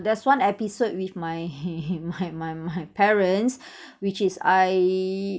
there's one episode with my my my my parents which is I